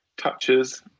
touches